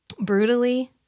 brutally